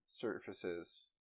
surfaces